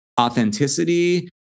authenticity